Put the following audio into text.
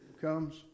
comes